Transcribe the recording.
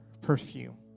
perfume